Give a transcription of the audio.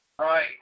Right